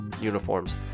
uniforms